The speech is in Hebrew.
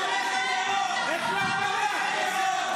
אותו מפה, והוא לא יחזור.